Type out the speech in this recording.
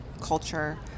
culture